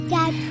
Dad